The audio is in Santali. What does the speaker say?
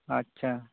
ᱟᱪᱪᱷᱟ